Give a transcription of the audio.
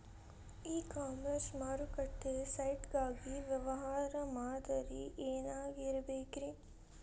E commerce ಮಾರುಕಟ್ಟೆ site ಗಾಗಿ ವ್ಯವಹಾರ ಮಾದರಿ ಏನಾಗಿರಬೇಕ್ರಿ?